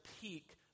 peak